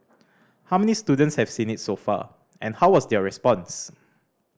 how many students have seen it so far and how was their response